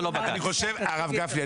זה לא בג"ץ --- הרב גפני,